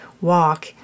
walk